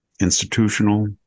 institutional